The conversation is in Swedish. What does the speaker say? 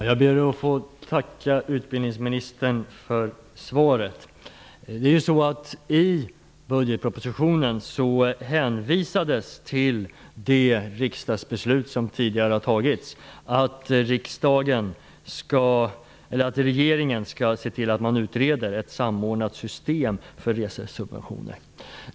Fru talman! Jag ber att få tacka utbildningsministern för svaret. I budgetpropositionen hänvisades till det riksdagsbeslut som tidigare har fattats om att regeringen skall se till att man utreder ett samordnat system för resesubventioner.